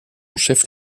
chef